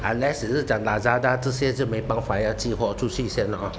unless 只是讲 Lazada 这些就没办法咯要寄货出去先咯